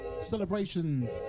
celebration